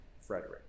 Frederick